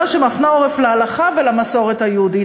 שמפנה עורף להלכה ולמסורת היהודית,